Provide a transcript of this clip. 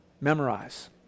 Memorize